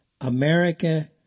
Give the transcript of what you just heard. America